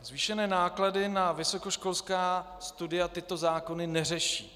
Zvýšené náklady na vysokoškolská studia tyto zákony neřeší.